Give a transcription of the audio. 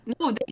No